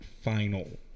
final